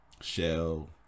shell